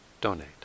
donate